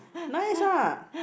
nice ah